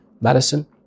medicine